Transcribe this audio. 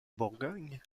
bourgogne